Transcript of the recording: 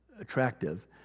attractive